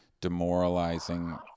demoralizing